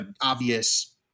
obvious